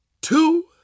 two